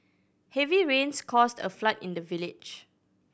heavy rains caused a flood in the village